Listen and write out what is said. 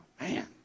Man